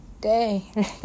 day